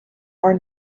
are